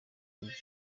ujye